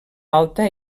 alta